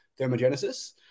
thermogenesis